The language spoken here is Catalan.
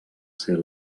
ser